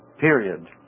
period